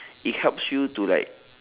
it helps you to like